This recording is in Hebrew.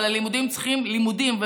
אבל הלימודים צריכים להיות לימודים,